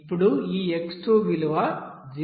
ఇప్పుడు ఈ x2 విలువ 0